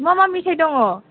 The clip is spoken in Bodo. मा मा मेथाइ दङ